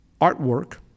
artwork